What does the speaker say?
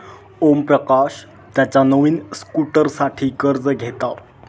ओमप्रकाश त्याच्या नवीन स्कूटरसाठी कर्ज घेतात